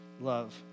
love